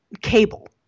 cable